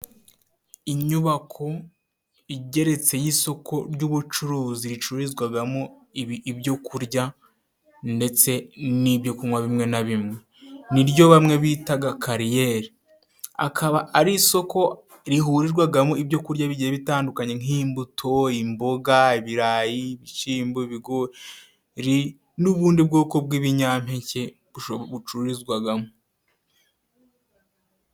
Inyubako igeretse y'isoko ry'ubucuruzi ricururizwamo ibyo kurya ndetse n'ibyo kunywa bimwe na bimwe ni ryo bamwe bitaga kariyeri akaba ari isoko rihurirwagamo ibyo kurya bigiye bitandukanye nk'imbuto, imboga, ibirayi, ibishyimbo, ibigori n'ubundi bwoko bw'ibinyampeke bucururizwagamo.